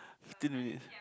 fifteen minutes